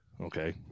Okay